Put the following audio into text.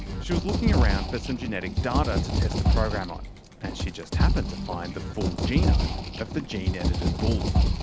she was just looking around for some genetic data to test the program on and she just happened to find the full genome of the gene-edited bulls.